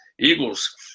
Eagles